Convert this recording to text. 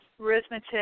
arithmetic